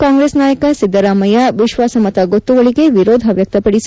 ಕಾಂಗ್ರೆಸ್ ನಾಯಕ ಸಿದ್ದರಾಮಯ್ಯ ವಿಶ್ವಾಸಮತ ಗೊತ್ತುವಳಿಗೆ ವಿರೋಧ ವ್ಯಕ್ತಪದಿಸಿ